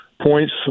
points